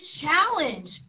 challenge